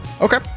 Okay